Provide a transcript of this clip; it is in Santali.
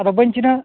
ᱟᱫᱚ ᱵᱟᱹᱧ ᱪᱤᱱᱟᱹ